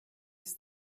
ist